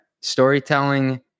Storytelling